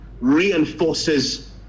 reinforces